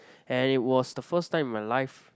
and it was the first time in my life